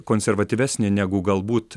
konservatyvesnė negu galbūt